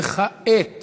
וכעת